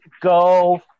Go